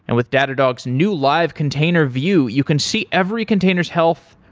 and with datadog's new live container view, you can see every container s health,